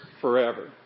forever